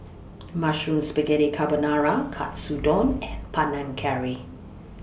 Mushroom Spaghetti Carbonara Katsudon and Panang Curry